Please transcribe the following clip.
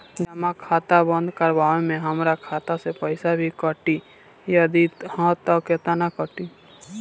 जमा खाता बंद करवावे मे हमरा खाता से पईसा भी कटी यदि हा त केतना कटी?